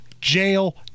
jail